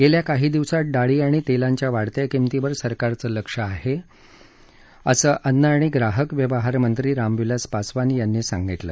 गेल्या काही दिवसांत डाळी आणि तेलांच्या वाढत्या किमतींवर सरकारचं लक्ष आहे असं अन्न आणि ग्राहक व्यवहार मंत्री रामविलास पासवान यांनी आज सांगितलं